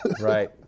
right